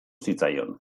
zitzaion